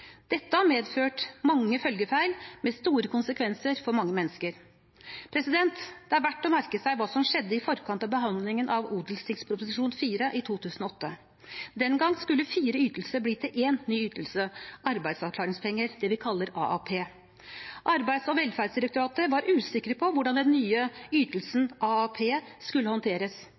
Dette har medført mange følgefeil med store konsekvenser for mange mennesker. Det er verdt å merke seg hva som skjedde i forkant av behandlingen av Ot.prp. nr. 4 for 2008–2009. Den gang skulle fire ytelser bli til én ny ytelse: arbeidsavklaringspenger, det vi kaller AAP. Arbeids- og velferdsdirektoratet var usikre på hvordan den nye ytelsen AAP skulle håndteres